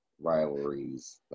rivalries